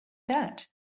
that